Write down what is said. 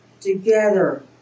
Together